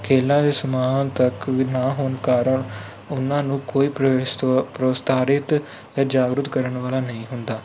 ਖੇਡਾਂ ਦੇ ਸਮਾਨ ਤੱਕ ਵੀ ਨਾ ਹੋਣ ਕਾਰਨ ਉਹਨਾਂ ਨੂੰ ਕੋਈ ਪ੍ਰੋਤਸੋ ਪ੍ਰੋਤਸਾਹਿਤ ਜਾਗਰੂਕ ਕਰਨ ਵਾਲਾ ਨਹੀਂ ਹੁੰਦਾ